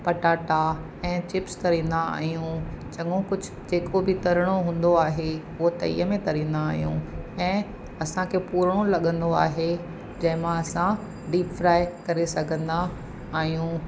पटाटा ऐं चिप्स तरींदा आहियूं चङो कुझु जेको बि तरणो हूंदो आहे उहो तई में तरींदा आहियूं ऐं असांखे पूरणो लॻंदो आहे जंहिंमां असां डीप फ्राए करे सघंदा आहियूं